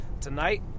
tonight